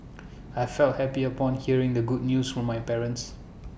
I felt happy upon hearing the good news from my parents